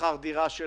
שכר הדירה,